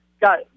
got